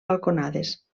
balconades